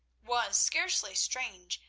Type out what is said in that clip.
was scarcely strange,